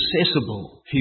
accessible